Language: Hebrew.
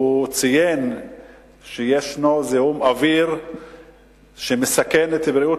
והוא ציין שיש זיהום אוויר שמסכן את בריאות